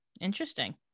interesting